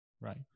Right